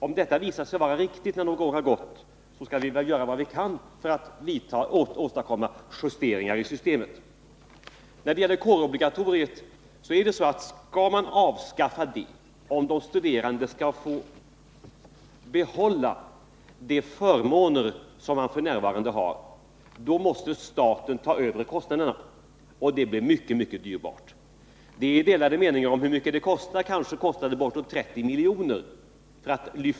Om detta visar sig vara riktigt när några år har gått skall vi göra vad vi kan för att åstadkomma justeringar i systemet. Skall man avskaffa kårobligatoriet och skall de studerande få behålla de förmåner de f. n. har, så måste staten ta över kostnaderna, och det blir mycket dyrbart. Det finns delade meningar om hur mycket detta skulle kosta, men det kan kosta bortåt 30 miljoner.